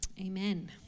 amen